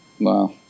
Wow